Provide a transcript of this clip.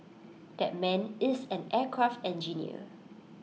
that man is an aircraft engineer